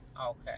Okay